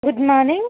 good morning